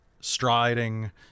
Striding